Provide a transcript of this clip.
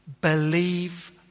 believe